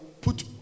Put